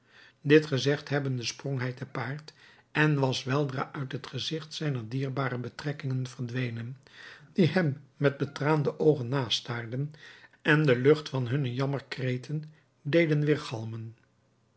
dit gezegd hebbende sprong hij te paard en was weldra uit het gezigt zijner dierbare betrekkingen verdwenen die hem met betraande oogen nastaarden en de lucht van hunne jammerkreten deden